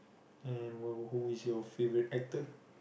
and who is your favourite actor